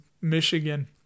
Michigan